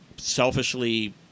selfishly